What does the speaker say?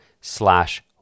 slash